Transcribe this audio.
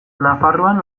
nafarroan